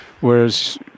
whereas